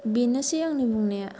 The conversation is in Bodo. बेनोसै आंनि बुंनाया